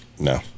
No